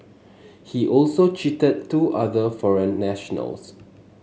he also cheated two other foreign nationals